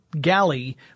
galley